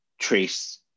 trace